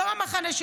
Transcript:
תודה רבה.